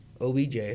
OBJ